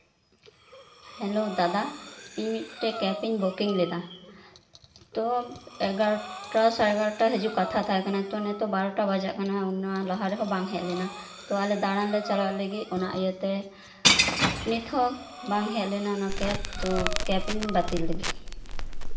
hello ᱫᱟᱫᱟ ᱤᱧ ᱢᱤᱫᱴᱮᱱ ᱠᱮᱵᱽ ᱤᱧ ᱵᱩᱠᱤᱝ ᱞᱮᱫᱟ ᱛᱚ ᱮᱜᱟᱨᱚᱴᱟ ᱥᱟᱲᱮ ᱮᱜᱟᱨᱚᱴᱟ ᱦᱤᱡᱩᱜ ᱠᱟᱛᱷᱟ ᱛᱟᱦᱮᱸ ᱠᱟᱱᱟ ᱛᱚ ᱱᱤᱛᱚᱜ ᱵᱟᱨᱚᱴᱟ ᱵᱟᱡᱟᱜ ᱠᱟᱱᱟ ᱚᱱᱟ ᱞᱟᱦᱟᱨᱮᱦᱚᱸ ᱵᱟᱝ ᱦᱮᱡ ᱞᱮᱱᱟ ᱛᱚ ᱟᱞᱮ ᱫᱟᱬᱟᱱ ᱞᱮ ᱪᱟᱞᱟᱜ ᱞᱟᱹᱜᱤᱫ ᱚᱱᱟ ᱤᱭᱟᱹᱛᱮ ᱱᱤᱛᱦᱚᱸ ᱵᱟᱝ ᱦᱮᱡ ᱞᱮᱱᱟ ᱚᱱᱟ ᱠᱮᱵᱽ ᱛᱚ ᱠᱮᱵᱽ ᱤᱧ ᱵᱟᱹᱛᱤᱞ ᱞᱟᱹᱜᱤᱫ